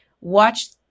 watch